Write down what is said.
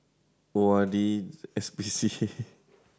O R D S P C A